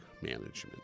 management